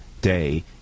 day